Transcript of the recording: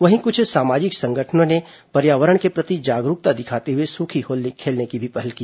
वहीं कुछ सामाजिक संस्थाओं ने पर्यावरण के प्रति जागरूकता दिखाते हुए सूखी होली खेलने की भी पहल की